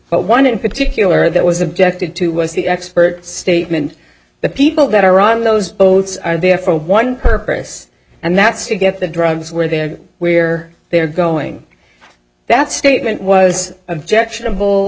but one in particular that was objected to was the expert statement the people that are on those boats are there for one purpose and that's to get the drivers where they where they are going that statement was objectionable